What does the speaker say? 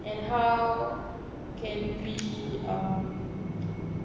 and how can be um